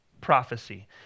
prophecy